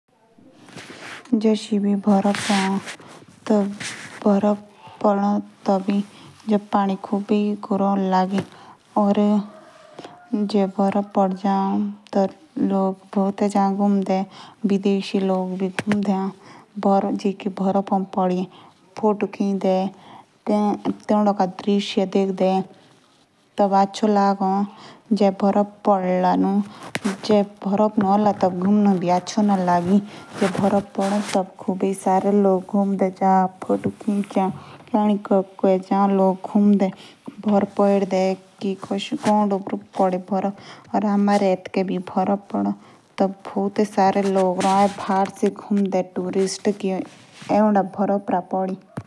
जश बर्फ़ ए। त बरफ तबे पड़ो जबे खूबी पानी लागो। टी जब बर्फ़ बड़ो टी खोबी लिग आओ घूमदे। विदेश वादे द्वि एओ।